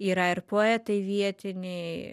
yra ir poetai vietiniai